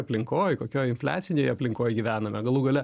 aplinkoj kokioj infliacinėje aplinkoj gyvename galų gale